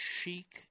chic